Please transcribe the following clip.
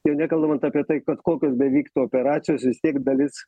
jau nekalbant apie tai kad kokios bevyktų operacijos vis tiek dalis